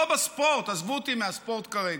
לא בספורט, עזבו אותי מהספורט כרגע,